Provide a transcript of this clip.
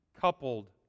coupled